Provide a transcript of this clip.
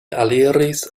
aliris